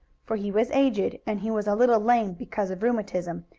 for he was aged, and he was a little lame, because of rheumatism,